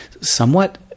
somewhat